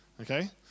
Okay